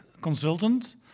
consultant